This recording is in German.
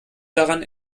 daran